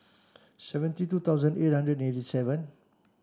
seventy two thousand eight hundred eighty seven